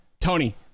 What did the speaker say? tony